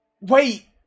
wait